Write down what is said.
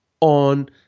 on